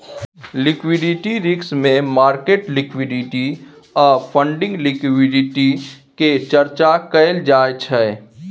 liquidity risk मे market liquidity आ funding liquidity के चर्चा कएल जाइ छै